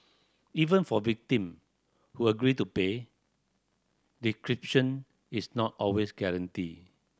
even for victim who agree to pay decryption is not always guaranteed